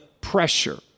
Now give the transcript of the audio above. pressure